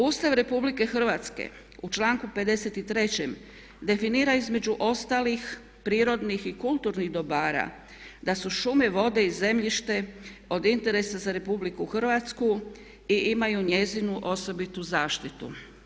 Ustav RH u članku 53. definira između ostalih prirodnih i kulturnih dobara da su šume, vode i zemljište od interesa za RH i imaju njezinu osobitu zaštitu.